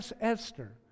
Esther